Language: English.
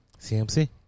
CMC